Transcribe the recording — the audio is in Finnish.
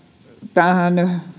tähän lakiin